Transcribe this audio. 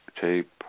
tape